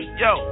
yo